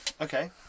Okay